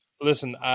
Listen